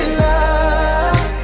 love